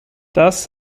das